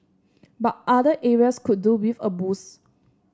but other areas could do with a boost